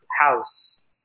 house